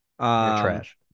trash